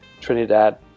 Trinidad